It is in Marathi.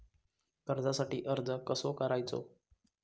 कर्जासाठी अर्ज कसो करायचो?